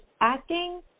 acting